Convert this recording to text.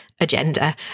agenda